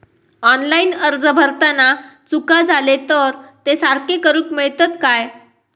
Online अर्ज भरताना चुका जाले तर ते सारके करुक मेळतत काय?